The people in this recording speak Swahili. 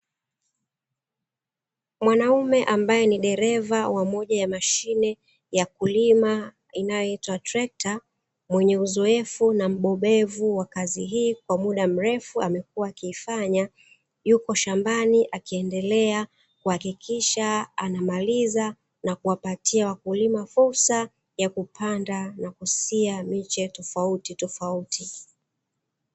Mwanaume ambaye ni dereva wa moja ya mashine ya kulima, inayoitwa trekta mwenye uzoefu na mbobevu wa kazi hii kwa muda mrefu amekuwa akiifanya; yuko shambani akiendelea kuhakikisha anamaliza na kuwapatia wakulima fursa ya kupanda na kusia miche tofautitofauti.